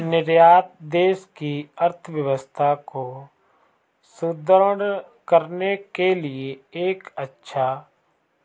निर्यात देश की अर्थव्यवस्था को सुदृढ़ करने के लिए एक अच्छा